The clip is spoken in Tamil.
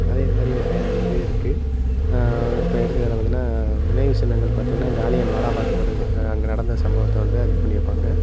அதே மாதிரி நிறையா இது இருக்குது இப்போ எடுத்துக்காட்டாக பாத்தீங்கன்னா நினைவு சின்னங்கள் பார்த்தீங்கன்னா ஜாலியன் வாலாபாக் படுகொலை அங்கே நடந்த சம்பவத்தை வந்து இது பண்ணியிருப்பாங்க